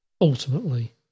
ultimately